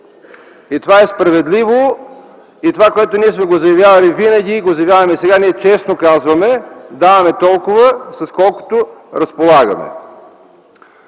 И това е справедливо. Това е, което ние сме заявявали винаги и го заявяваме сега, ние честно казваме: даваме толкова, с колкото разполагаме.